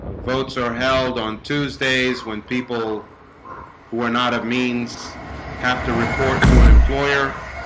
votes are held on tuesdays when people who are not of means have to report to an employer